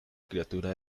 criatura